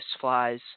flies